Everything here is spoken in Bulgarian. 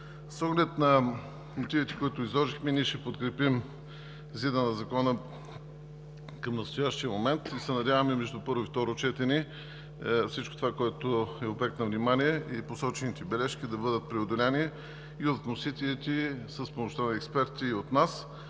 С оглед на мотивите, които изложих, ние ще подкрепим Законопроекта за изменение на Закона към настоящия момент и се надяваме между първо и второ четене всичко това, което е обект на внимание, и посочените бележки, да бъдат преодолени и от вносителите с помощта на експерти, и от нас,